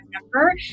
number